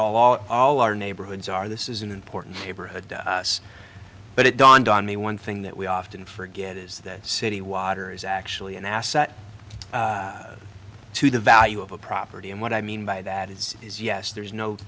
as all all our neighborhoods are this is an important neighborhood but it dawned on me one thing that we often forget is that city water is actually an asset to the value of a property and what i mean by that is is yes there's no